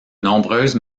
nombreuses